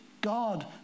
God